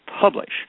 publish